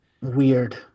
Weird